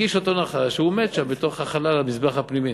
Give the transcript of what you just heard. הכיש אותו נחש והוא מת שם, בתוך חלל המזבח הפנימי.